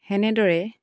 সেনেদৰে